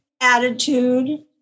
attitude